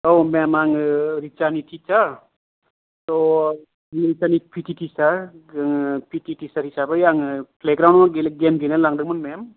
औ मेम आंङो रिचानि टिचार थ' रिचानि पिटि टिचार पिटि टिचार हिसाबै आंङो प्लेग्रावनद आव गेम गेलेनो लांदोंमोन मेम